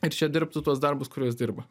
ir čia dirbtų tuos darbus kuriuos dirba